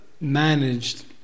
managed